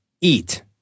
eat